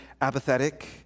apathetic